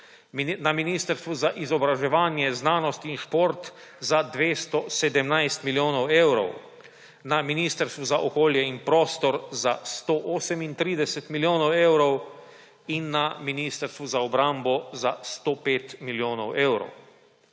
na Ministrstvu za izobraževanje, znanost in šport za 217 milijonov evrov, na Ministrstvu za okolje in prostor za 138 milijonov evrov in na Ministrstvu za obrambo za 105 milijonov evrov.